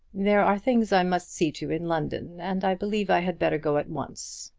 there are things i must see to in london, and i believe i had better go at once.